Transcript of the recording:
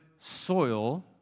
soil